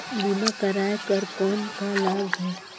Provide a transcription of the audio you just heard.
बीमा कराय कर कौन का लाभ है?